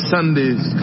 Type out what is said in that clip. Sunday's